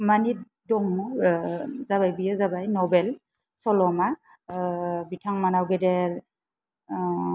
माने दङ जाबाय बियो जाबाय नभेल सल'मा बिथां मोननाय गेदेर